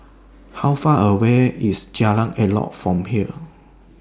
How Far away IS Jalan Elok from here